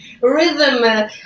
rhythm